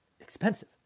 expensive